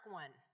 one